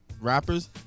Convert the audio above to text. Rappers